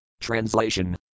Translation